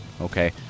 Okay